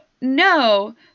no